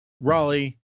Raleigh